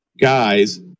guys